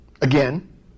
again